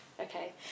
Okay